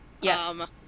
yes